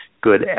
good